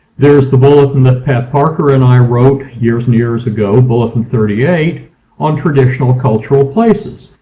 there's the bulletin that pat parker and i wrote years and years ago, bulletin thirty eight on traditional cultural places.